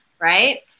right